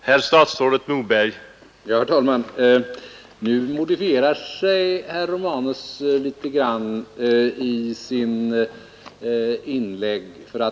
Herr talman! Nu modifierar sig herr Romanus i sitt senaste inlägg.